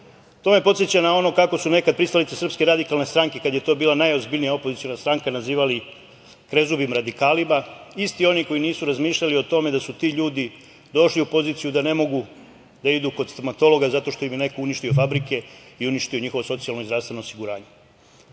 To me podseća na ono kako su nekada pristalice SRS kada je to bila najozbiljnija opoziciona stranka nazivali krezubim radikalima, isti oni koji nisu razmišljali o tome da su ti ljudi došli u poziciju da ne mogu da idu kod stomatologa zato što im je neko uništio fabrike i uništio njihovo socijalno i zdravstveno osiguranje. Danas